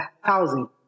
Housing